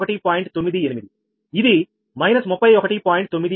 98ఇది −31